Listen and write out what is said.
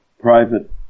private